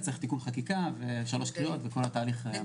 זה מצריך תיקון חקיקה, ושלוש קריאות, וכל התהליך.